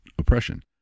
oppression